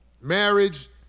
Marriage